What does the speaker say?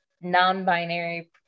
non-binary